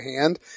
hand